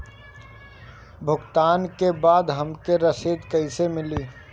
भुगतान के बाद हमके रसीद कईसे मिली?